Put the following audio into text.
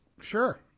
Sure